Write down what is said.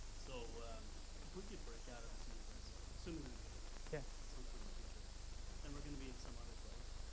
so if we could break out of this universe assuming we could yeah some point in the future and we're gonna be in some other place